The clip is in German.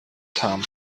kam